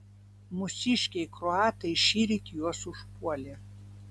mūsiškiai kroatai šįryt juos užpuolė